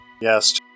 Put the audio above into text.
Yes